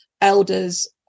elders